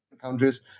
countries